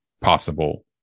possible